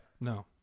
No